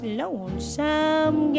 lonesome